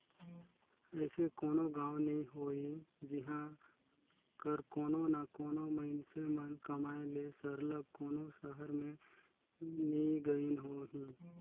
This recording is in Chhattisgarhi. अइसे कोनो गाँव नी होही जिहां कर कोनो ना कोनो मइनसे मन कमाए ले सरलग कोनो सहर में नी गइन होहीं